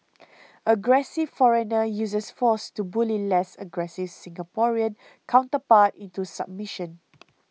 aggressive foreigner uses force to bully less aggressive Singaporean counterpart into submission